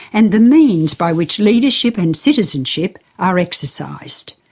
and the means by which leadership and citizenship are exercised.